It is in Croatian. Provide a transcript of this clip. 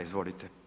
Izvolite.